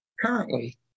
Currently